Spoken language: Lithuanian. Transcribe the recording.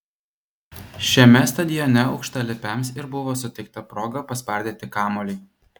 šiame stadione aukštalipiams ir buvo suteikta proga paspardyti kamuolį